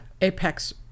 apex